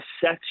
sets